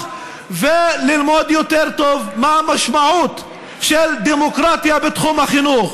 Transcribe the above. וללמוד יותר טוב מה המשמעות של דמוקרטיה בתחום החינוך.